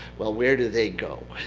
well, where did they go?